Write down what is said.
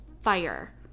Fire